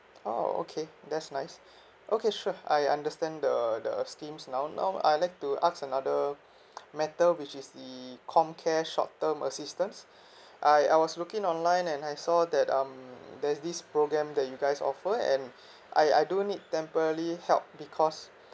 oh okay that's nice okay sure I understand the the schemes now now I'd like to ask another matter which is the comcare short term assistance I I was looking online and I saw that um there's this program that you guys offer and I I do need temporary help because